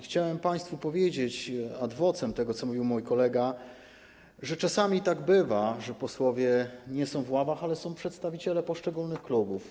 Chciałem państwu powiedzieć ad vocem tego, co mówił mój kolega, że czasami tak bywa, że posłów nie ma w ławach, ale są przedstawiciele poszczególnych klubów.